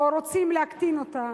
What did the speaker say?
או רוצים להקטין אותה,